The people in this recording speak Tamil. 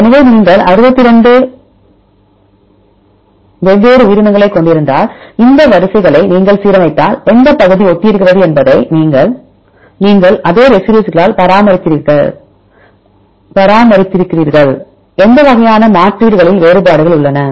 எனவே நீங்கள் 62 வெவ்வேறு உயிரினங்களைக் கொண்டிருந்தால் இந்த வரிசைகளை நீங்கள் சீரமைத்தால் எந்தப் பகுதி ஒத்திருக்கிறது என்பதை நீங்கள் அதே ரெசிடியூஸ்களால் பராமரித்திருக்கிறீர்கள் எந்த வகையான மாற்றீடுகளில் வேறுபாடுகள் உள்ளன